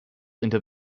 into